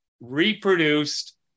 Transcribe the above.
reproduced